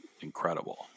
incredible